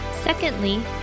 Secondly